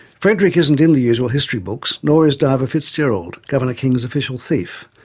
frederick isn't in the usual history books, nor is diver fitzgerald, governor king's official thief.